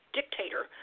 dictator